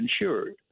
insured